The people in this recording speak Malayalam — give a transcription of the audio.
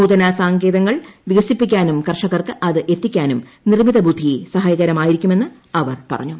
നൂതന സങ്കേതങ്ങൾ വികസിപ്പിക്കാനും ക്ടർഷ്കൂർക്ക് അത് എത്തിക്കാനും നിർമ്മിത ബുദ്ധി സഹായകരമായ്ട്രീക്കുമെന്ന് അവർ പറഞ്ഞു